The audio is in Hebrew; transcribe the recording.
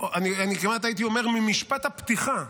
אני כמעט הייתי אומר ממשפט הפתיחה,